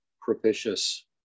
propitious